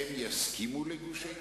הם יסכימו לגושי התיישבות?